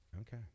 Okay